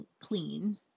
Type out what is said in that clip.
clean